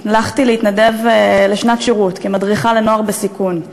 הלכתי להתנדב לשנת שירות כמדריכה לנוער בסיכון.